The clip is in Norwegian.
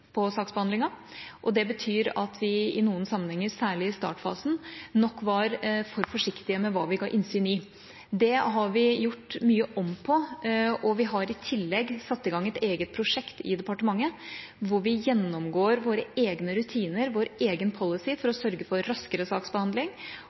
på saksbehandlingen, og det betyr at vi i noen sammenhenger, særlig i startfasen, nok var for forsiktige med hva vi ga innsyn i. Det har vi gjort mye om på, og vi har i tillegg satt i gang et eget prosjekt i departementet hvor vi gjennomgår våre egne rutiner og vår egen policy for